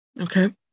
Okay